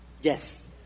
Yes